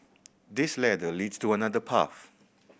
this ladder leads to another path